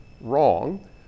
wrong